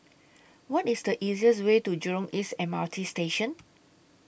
What IS The easiest Way to Jurong East M R T Station